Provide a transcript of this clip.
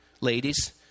ladies